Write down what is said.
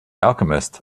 alchemist